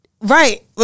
right